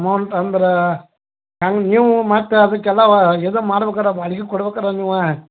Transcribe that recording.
amount ಅಂದ್ರ ಹಂಗೆ ನೀವು ಮತ್ತು ಅದಕ್ಕೆಲ್ಲ ವ ಎದು ಮಾಡ್ಬೇಕಾರ ಬಾಡ್ಗಿ ಕೊಡ್ಬೇಕಾರ ನೀವು